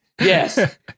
Yes